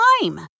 time